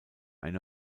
eine